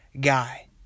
guy